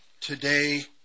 today